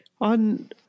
on